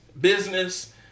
business